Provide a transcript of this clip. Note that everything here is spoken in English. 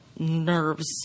nerves